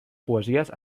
poesies